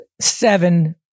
seven